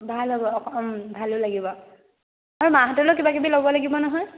ভাল হ'ব ভালো লাগিব আৰু মাহঁতলেও কিবা কিবি ল'ব লাগিব নহয়